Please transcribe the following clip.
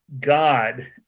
God